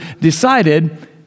decided